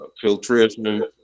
filtration